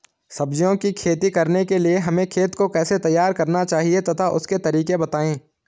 सब्जियों की खेती करने के लिए हमें खेत को कैसे तैयार करना चाहिए तथा उसके तरीके बताएं?